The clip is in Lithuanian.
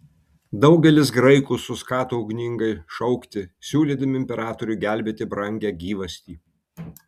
daugelis graikų suskato ugningai šaukti siūlydami imperatoriui gelbėti brangią gyvastį